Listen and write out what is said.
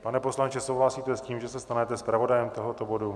Pane poslanče, souhlasíte s tím, že se stanete zpravodajem tohoto bodu?